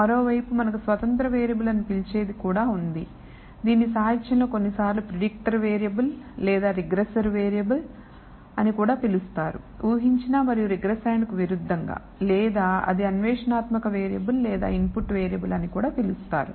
మరోవైపు మనకు స్వతంత్ర వేరియబుల్ అని పిలిచేది కూడా ఉంది దీన్ని సాహిత్యంలో కొన్నిసార్లు ప్రిడిక్టర్ వేరియబుల్ లేదా రిగ్రెసర్ వేరియబుల్ అని కూడా పిలుస్తారు ఊహించిన మరియు రిగ్రెసాండ్ కు విరుద్ధంగా లేదా అది అన్వేషణాత్మక వేరియబుల్ లేదా ఇన్పుట్ వేరియబుల్ అని కూడా పిలుస్తారు